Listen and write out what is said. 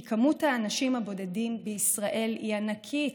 כי מספר האנשים הבודדים בישראל הוא ענקי,